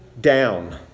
down